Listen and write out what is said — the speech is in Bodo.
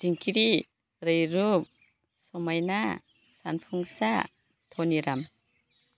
दिंखिरि रैरुब समायना सानफुंसा धनिराम